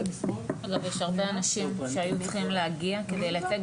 יש הרבה אנשים שהיו צריכים להגיע כדי לתת,